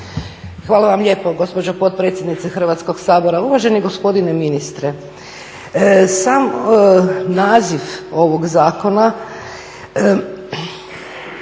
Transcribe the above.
Hvala vam lijepo gospođo potpredsjednice Hrvatskog sabora. Uvaženi gospodine ministre, sam naziv ovog zakona